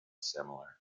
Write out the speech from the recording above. similar